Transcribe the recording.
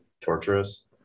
torturous